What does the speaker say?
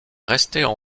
restaient